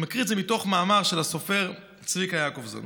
אני מקריא את זה מתוך מאמר של הסופר צביקה יעקובזון.